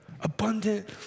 Abundant